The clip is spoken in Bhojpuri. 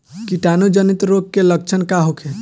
कीटाणु जनित रोग के लक्षण का होखे?